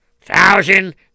thousand